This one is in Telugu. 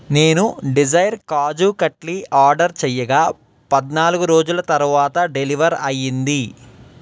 నేను డిజైర్ కాజూ కట్లీ ఆడర్ చెయ్యగా పద్నాలుగు రోజుల తరువాత డెలివర్ అయ్యింది